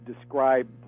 describe